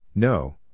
No